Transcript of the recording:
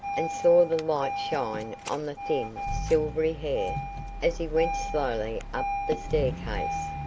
and saw the light shine on the thin, silvery hair as he went slowly up the staircase,